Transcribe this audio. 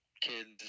Kids